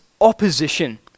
opposition